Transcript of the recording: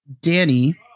danny